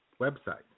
website